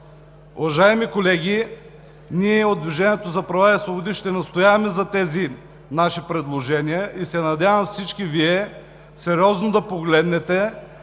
Уважаеми колеги, ние от „Движението за права и свободи“ ще настояваме за тези наши предложения и се надявам всички Вие сериозно да погледнете,